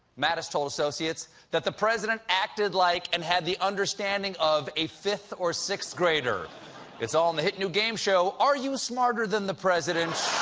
mattis told associates that the president acted like and had the understanding of a fifth or sixth-grader it's all in the hit new gameshow, are you smarter than the president?